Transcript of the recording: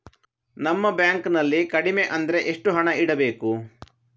ನಮ್ಮ ಬ್ಯಾಂಕ್ ನಲ್ಲಿ ಕಡಿಮೆ ಅಂದ್ರೆ ಎಷ್ಟು ಹಣ ಇಡಬೇಕು?